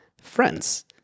friends